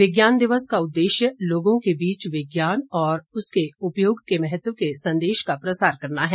विज्ञान दिवस का उद्देश्य में लोगों के बीच विज्ञान और उसके उपयोग के महत्व के संदेश का प्रसार करना है